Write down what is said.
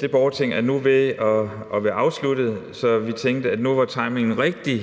Det borgerting er nu ved at være afsluttet, så vi tænkte, at nu var timingen rigtig